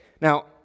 Now